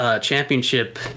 championship